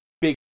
big